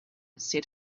said